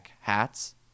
hats